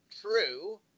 true